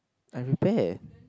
I repair